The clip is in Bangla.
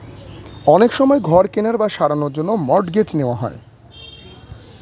অনেক সময় ঘর কেনার বা সারানোর জন্য মর্টগেজ নেওয়া হয়